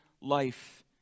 life